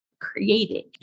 created